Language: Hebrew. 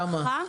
כמה?